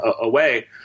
away